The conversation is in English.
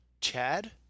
Chad